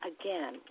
again